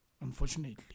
unfortunately